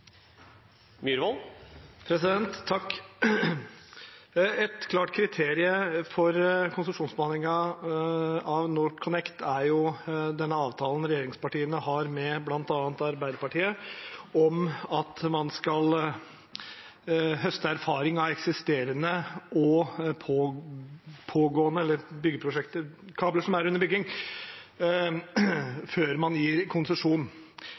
avtalen regjeringspartiene har med bl.a. Arbeiderpartiet om at man skal høste erfaring fra eksisterende kabler og kabler som er under bygging, før man gir konsesjon.